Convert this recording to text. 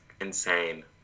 insane